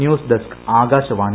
news desk Akashvani